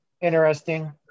interesting